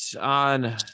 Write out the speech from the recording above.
On